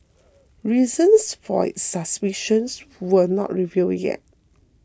reasons for its suspicion were not revealed yet